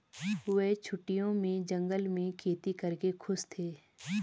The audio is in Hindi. वे छुट्टियों में जंगल में खेती करके खुश थे